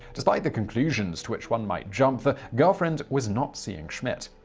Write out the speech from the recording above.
despite the conclusions to which one might jump, the girlfriend was not seeing schmidt.